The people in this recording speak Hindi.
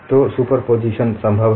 तो सुपरपोजिशन संभव है